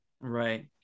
Right